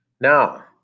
Now